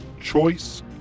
choice